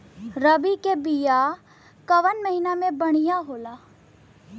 रबी के बिया कवना महीना मे बढ़ियां होला?